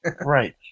Right